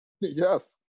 Yes